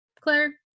Claire